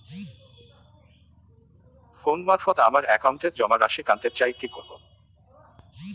Phone মারফত আমার একাউন্টে জমা রাশি কান্তে চাই কি করবো?